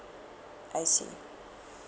I see